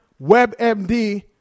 WebMD